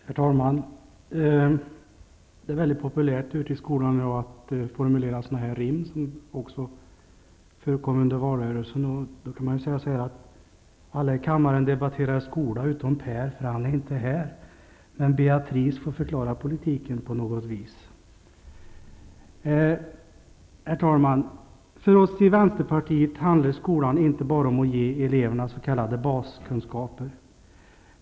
Herr talman! Det är väldigt populärt i skolorna att formulera rim av det slag som också förekom under valrörelsen, och då kan man ju säga så här: för han är inte här. får förklara politiken på något vis. Herr talman! För oss i vänsterpartiet handlar skolan inte bara om att ge eleverna s.k. baskunskaper.